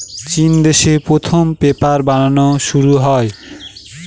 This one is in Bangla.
চিন দেশে প্রথম পেপার বানানো শুরু হয়